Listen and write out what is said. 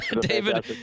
David